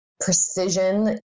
precision